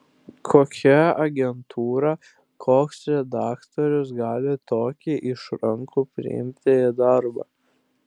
kokia agentūra koks redaktorius gali tokį išrankų priimti į darbą